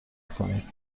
کنید